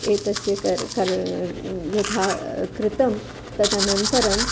एतस्य कर् कर् यथा कृतं तदनन्तरम्